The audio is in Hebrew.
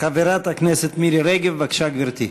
חברת הכנסת מירי רגב, בבקשה, גברתי.